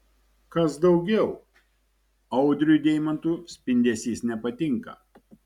kas daugiau audriui deimantų spindesys nepatinka